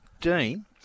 Dean